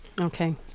Okay